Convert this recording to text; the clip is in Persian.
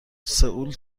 سئول